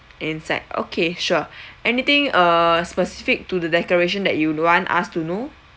inside okay sure anything err specific to the decoration that you want us to know